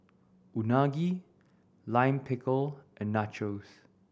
Unagi Lime Pickle and Nachos